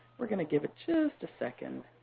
we're going to give it just a second.